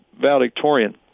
valedictorian